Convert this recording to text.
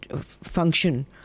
function